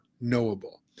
knowable